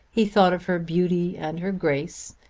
he thought of her beauty and her grace,